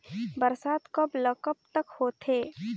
बरसात कब ल कब तक होथे?